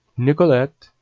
nicolet,